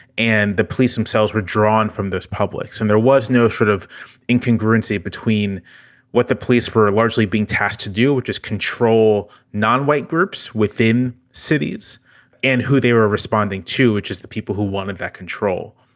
and the police themselves were drawn from those publics. and there was no sort of incongruity between what the police were largely being tasked to do, which is control non-white groups within cities and who they were responding to, which is the people who wanted that control.